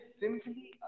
simply